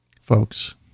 folks